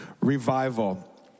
revival